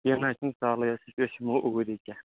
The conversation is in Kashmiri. کیٚنٛہہ نہَ حظ چھُنہٕ سہلٕے حظ چھُ أسۍ یِمَو اوٗرۍ یہِ کیٛاہ